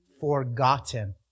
forgotten